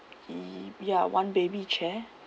he ya one baby chair